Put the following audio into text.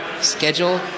Schedule